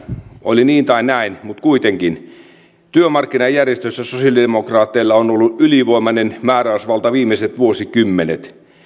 oli niin tai näin mutta kuitenkin työmarkkinajärjestöissä sosiaalidemokraateilla on ollut ylivoimainen määräysvalta viimeiset vuosikymmenet